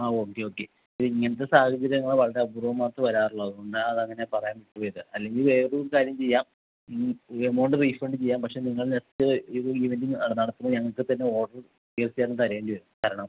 ആ okay okay ഇത് ഇങ്ങനത്തെ സാഹചര്യങ്ങൾ വളരെ അപൂർവ്വമായിട്ട് വരാറുള്ളൂ അതുകൊണ്ട് അത് അങ്ങനെ പറയാൻ വിട്ട് പോയത് അല്ലെങ്കിൽ വേറൊരു കാര്യം ചെയ്യാം എമൗണ്ട് റീഫണ്ട് ചെയ്യാം പക്ഷേ നിങ്ങൾ നെക്സ്റ്റ് ഇവൻറ്റ് നടത്തുമ്പോൾ ഞങ്ങൾക്ക് തന്നെ ഓർഡർ തീർച്ചയായും തരേണ്ടി വരും തരണം